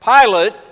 Pilate